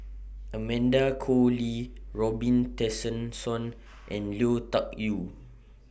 Amanda Koe Lee Robin Tessensohn and Lui Tuck Yew